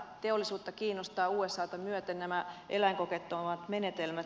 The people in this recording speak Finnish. teollisuutta kiinnostavat usata myöten nämä eläinkokeettomat menetelmät